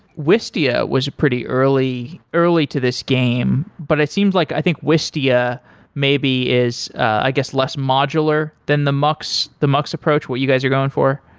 wistia was a pretty early early to this game, but it seems like i think wistia may be is, i guess, less modular than the mux, the mux approach, what you guys are going for.